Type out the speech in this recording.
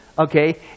okay